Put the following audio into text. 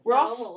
Ross